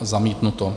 Zamítnuto.